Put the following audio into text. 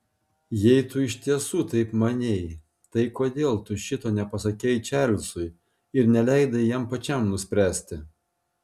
jei tu iš tiesų taip manei tai kodėl tu šito nepasakei čarlzui ir neleidai jam pačiam nuspręsti